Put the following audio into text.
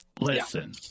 listen